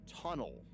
tunnel